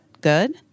good